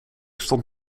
stond